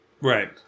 right